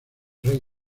rey